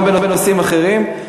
גם בנושאים אחרים,